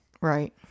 Right